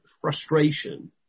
frustration